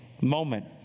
moment